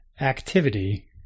activity